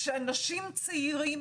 אנשים צעירים,